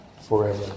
forever